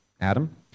Adam